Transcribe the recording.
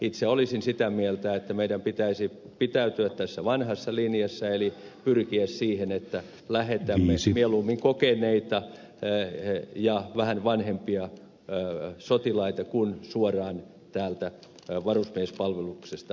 itse olisin sitä mieltä että meidän pitäisi pitäytyä tässä vanhassa linjassa eli pyrkiä siihen että lähetämme mieluummin kokeneita ja vähän vanhempia sotilaita kuin suoraan täältä varusmiespalveluksesta vapautuvia sotilaita